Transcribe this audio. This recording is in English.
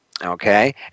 Okay